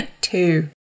Two